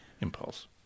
impulse